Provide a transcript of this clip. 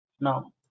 now